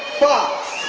foxx